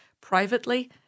Privately